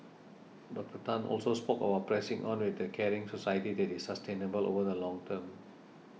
Doctor Tan also spoke about pressing on with a caring society that is sustainable over the long term